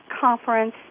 conference